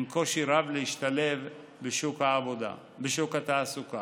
עם קושי רב להשתלב בשוק התעסוקה.